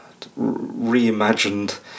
reimagined